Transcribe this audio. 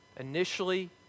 Initially